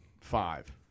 five